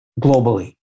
globally